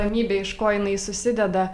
ramybė iš ko jinai susideda